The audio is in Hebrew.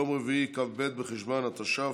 יום רביעי, כ"ב בחשוון התש"ף,